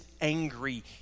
angry